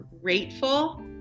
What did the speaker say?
grateful